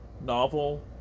novel